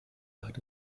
hatte